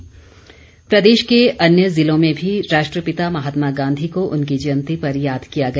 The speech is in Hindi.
अन्य समारोह प्रदेश के अन्य जिलों में भी राष्ट्रपिता महात्मा गांधी को उनकी जयंती पर याद किया गया